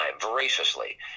voraciously